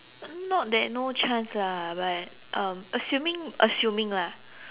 not that no chance lah but um assuming assuming lah